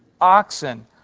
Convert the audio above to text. oxen